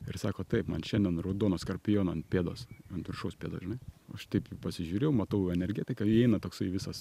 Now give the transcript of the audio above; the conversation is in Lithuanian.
ir sako taip man šiandien raudoną skorpioną ant pėdos ant viršaus pėdos žinai aš taip pasižiūrėjau matau energetiką įeina toksai visas